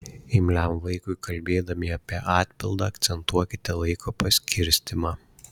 imliam vaikui kalbėdami apie atpildą akcentuokite laiko paskirstymą